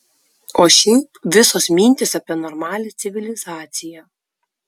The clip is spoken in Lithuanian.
o šiaip visos mintys apie normalią civilizaciją